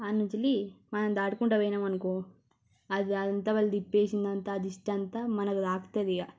ఆడ నుంచెల్లి మనం దాటుకుంట పోయినామనుకో అదంతా వాళ్ళ తిప్పేసింది అంతా ఆ దిష్టి అంతా మనకు తాకుతాది ఇగ